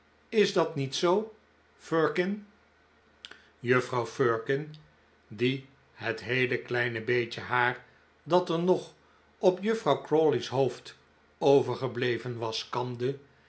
is dat niet zoo firkin juffrouw firkin die het heele kleine beetje haar dat er nog op juffrouw crawley's hoofd overgebleven was kamde